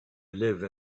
live